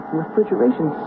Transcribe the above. refrigeration